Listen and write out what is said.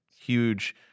huge